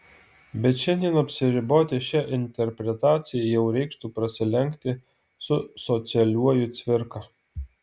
bet šiandien apsiriboti šia interpretacija jau reikštų prasilenkti su socialiuoju cvirka